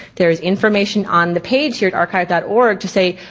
there is information on the page here at archive dot org to say,